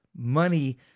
money